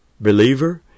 believer